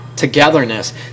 togetherness